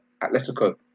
Atletico